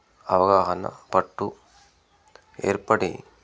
అవగాహన పట్టు ఏర్పడి